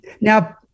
Now